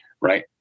right